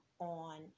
on